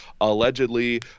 allegedly